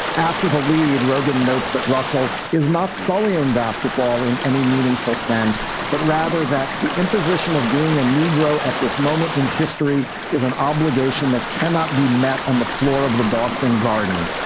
after the lead, rogen notes that russell is not sullying basketball in any meaningful sense, but rather that the imposition of being a negro at this moment in history is an obligation that cannot be met on the floor of the boston garden,